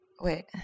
Wait